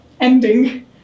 ending